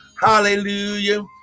Hallelujah